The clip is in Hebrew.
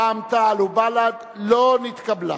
רע"ם-תע"ל ובל"ד לא נתקבלה.